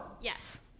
Yes